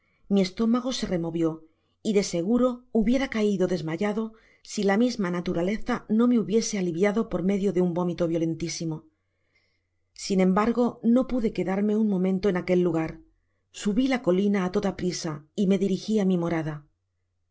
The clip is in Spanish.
mi estómago se removió y de seguro hubiera caido desmayado si la misma naturaleza no me hubiese aliviado por medio de un vómito violentisimo sin embargo no pude quedarme un momento en aquel lugar subi la colina á toda prisa y me dirigi i mi morada